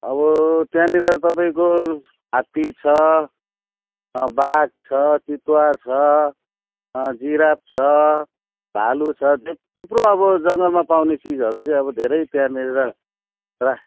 अब त्यहाँनिर तपाईँको हात्ती छ बाघ छ चितुवा छ जिराफ छ भालु छ थुप्रो अब जङ्गलमा पाउने चिजहरू चाहिँ अब धेरै त्यहाँनिर रा